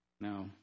No